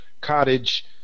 cottage